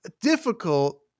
difficult